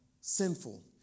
sinful